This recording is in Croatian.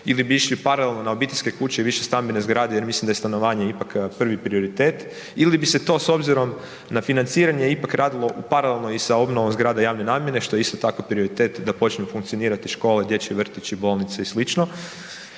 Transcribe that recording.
ili bi išli paralelno na obiteljske kuće i višestambene zgrade jer mislim da je stanovanje ipak prvi prioritet. Ili bi se to, s obzirom na financiranje ipak radilo paralelno i sa obnovom zgrade javne nabave što je isto tako, prioritet da počnu funkcionirati škole, dječji vrtići, bolnice i sl.